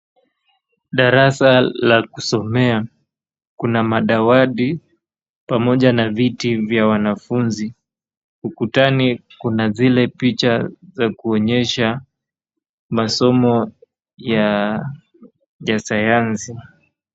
Darasa la kusomea. Kuna madawati pamoja na viti vya wanafunzi. Ukutani kuna zile picha za kuonyesha masomo ya sayansi.